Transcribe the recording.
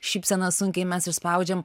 šypseną sunkiai mes išspaudžiam